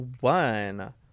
one